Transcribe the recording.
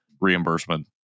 reimbursement